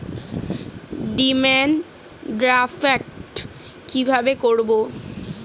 Demand draft কীভাবে করব?